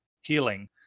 Healing